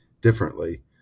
differently